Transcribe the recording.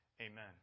Amen